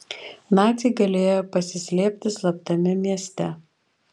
naciai galėję pasislėpti slaptame mieste